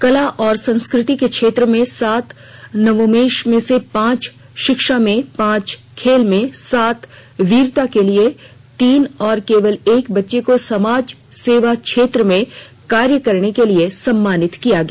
कला और संस्कृति के क्षेत्र में सात नवोन्मेष में पांच शिक्षा में पांच खेल में सात वीरता के लिए तीन और केवल एक बच्चे को समाज सेवा क्षेत्र में कार्य करने के लिए सम्मानित किया गया